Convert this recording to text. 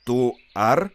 tu ar